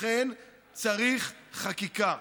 לכן צריך חקיקה.